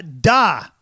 da